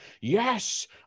yes